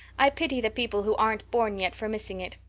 i pity the people who aren't born yet for missing it.